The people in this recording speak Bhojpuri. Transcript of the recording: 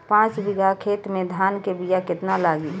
पाँच बिगहा खेत में धान के बिया केतना लागी?